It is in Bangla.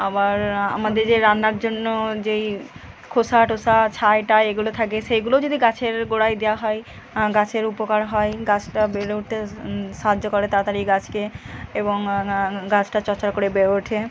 আবার আমাদের যে রান্নার জন্য যেই খোসা টোসা ছাই টাই এগুলো থাকে সেইগুলোও যদি গাছের গোড়ায় দেওয়া হয় গাছের উপকার হয় গাছটা বেড়ে উঠতে সাহায্য করে তাড়াতাড়ি গাছকে এবং গাছটা চড়চড় করে বেড়ে ওঠে